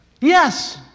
Yes